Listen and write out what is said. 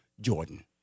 Jordan